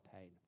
pain